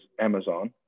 Amazon